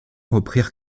reprirent